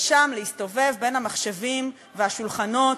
ושם להסתובב בין המחשבים והשולחנות,